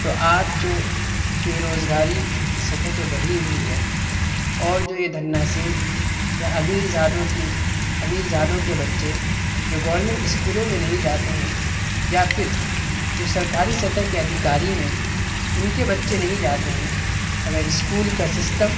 تو آج جو بے روزگاری کی سطح جو بڑھی ہوئی ہے اور جو یہ دھناسیٹھ یا امیرزادوں کی امیرزادوں کے بچے جو گورنمنٹ اسکولوں میں نہیں جاتے ہیں یا پھر جو سرکاری سطح کے ادھیکاری ہیں اُن کے بچے نہیں جاتے ہیں اگر اسکول کا سسٹم